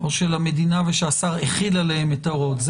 או של המדינה, ושהשר החיל עליהם את ההוראות.